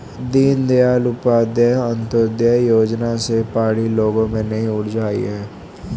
दीनदयाल उपाध्याय अंत्योदय योजना से पहाड़ी लोगों में नई ऊर्जा आई है